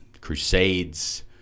Crusades